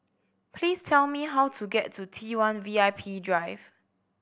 please tell me how to get to T one VIP Drive